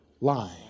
lying